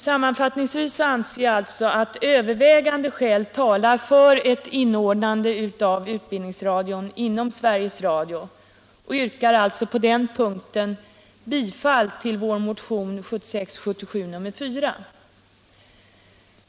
Sammanfattningsvis anser jag alltså att övervägande skäl talar för ett inordnande av utbildningsradion under Sveriges Radio, och jag yrkar på denna punkt bifall till vår motion 1976/77:4.